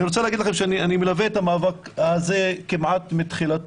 אני רוצה להגיד לכם שאני מלווה את המאבק הזה כמעט מתחילתו,